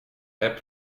app